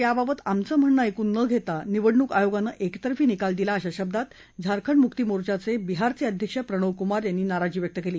याबाबत आमचं म्हणणं ऐकून न घेता निवडणूक आयोगानं एकतर्फी निकाल दिला अशा शब्दात झारखंड मुक्ती मोर्चाचे बिहारचे अध्यक्ष प्रणव कुमार यांनी नाराजी व्यक्त केली